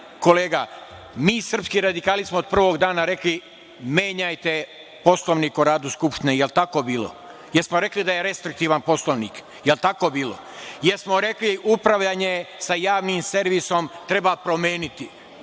kolega, mi srpski radikali smo od prvog dana rekli, menjajte Poslovnik o radu Skupštine, jel tako bilo, jel smo rekli da je restriktivan Poslovnik, jel tako bilo? Jel smo rekli, upravljanje sa javnim servisom treba promeniti,